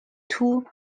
two